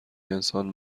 انسان